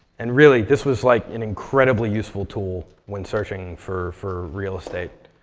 and really, this was like an incredibly useful tool when searching for for real estate.